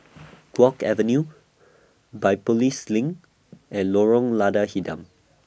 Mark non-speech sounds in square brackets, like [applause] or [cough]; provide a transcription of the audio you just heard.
[noise] Guok Avenue Biopolis LINK and Lorong Lada Hitam